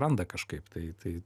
randa kažkaip tai tai